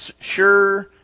sure